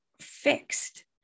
fixed